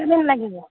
কিমানদিন লাগিব